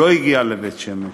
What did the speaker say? הוא לא הגיע לבית-שמש.